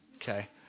Okay